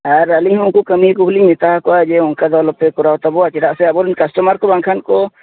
ᱟᱨ ᱟᱹᱞᱤᱧᱦᱚᱸ ᱩᱱᱠᱚ ᱠᱟᱹᱢᱤᱠᱚᱜᱮ ᱢᱮᱛᱟᱣ ᱟᱠᱚᱣᱟ ᱡᱮ ᱚᱱᱠᱟᱫᱚ ᱟᱞᱚᱯᱮ ᱠᱚᱨᱟᱣ ᱛᱟᱵᱚᱣᱟ ᱪᱮᱫᱟᱜ ᱥᱮ ᱟᱵᱚᱨᱮᱱ ᱠᱟᱥᱴᱚᱢᱟᱨ ᱵᱟᱝ ᱠᱷᱟᱱᱠᱚ